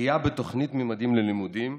הפגיעה בתוכנית ממדים ללימודים,